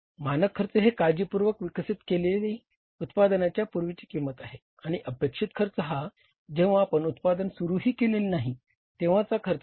मानक खर्च ही काळजीपूर्वक विकसित केलेली उत्पादनाच्या पूर्वीची किंमत आहे आणि अपेक्षित खर्च हा जेव्हा आपण उत्पादन सुरूही केलेले नाही तेंव्हाचा खर्च आहे